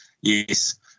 yes